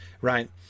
right